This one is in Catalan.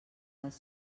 les